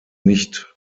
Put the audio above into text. nicht